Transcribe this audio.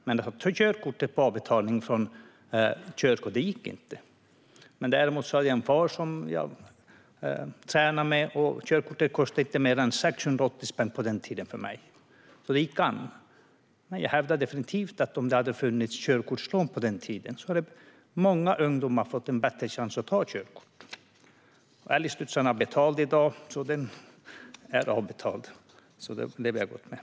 Men att ta körkort på avbetalning från körskolan gick inte. Däremot hade jag en far som jag tränade med, och körkortet kostade mig inte mer än 680 spänn. Så det gick an, men jag hävdar definitivt att många ungdomar hade fått en bättre chans att ta körkort om det hade funnits körkortslån på den tiden. Älgstudsaren är avbetald i dag, så den lever jag gott med.